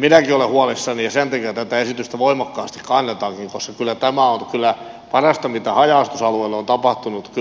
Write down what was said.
niin minäkin olen huolissani ja sen takia tätä esitystä voimakkaasti kannatankin koska tämä on kyllä parasta mitä haja asutusalueille on tapahtunut